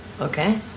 Okay